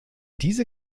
diese